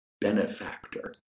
benefactor